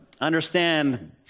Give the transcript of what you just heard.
understand